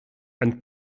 and